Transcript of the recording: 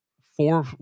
four